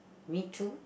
me too